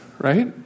right